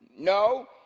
No